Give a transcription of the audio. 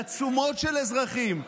לעצומות של אזרחים,